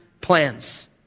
plans